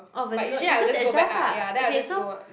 oh vertical you just adjust lah okay so